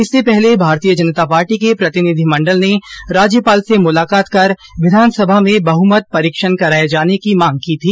इससे पहले भारतीय जनता पार्टी के प्रतिनिधिमंडल ने राज्यपाल से मुलाकात कर विधानसभा में बहमत परीक्षण कराए जाने की मांग की थी